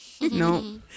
No